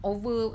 Over